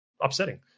upsetting